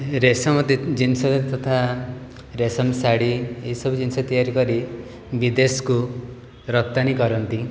ରେଶମ ଜିନିଷ ତଥା ରେଶମ ଶାଢ଼ୀ ଏସବୁ ଜିନିଷ ତିଆରି କରି ବିଦେଶକୁ ରପ୍ତାନି କରନ୍ତି